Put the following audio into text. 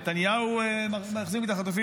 "נתניהו מחזיק את החטופים",